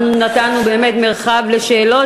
אנחנו נתנו מרחב לשאלות.